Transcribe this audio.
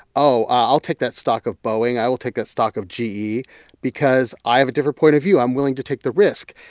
oh, i'll take that stock of boeing. i will take that stock of ge because i have a different point of view. i'm willing to take the risk.